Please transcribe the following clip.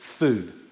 food